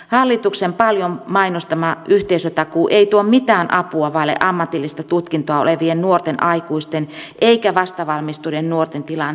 hallituksen paljon mainostama yhteisötakuu ei tuo mitään apua vailla ammatillista tutkintoa olevien nuorten aikuisten eikä vastavalmistuneiden nuorten tilanteeseen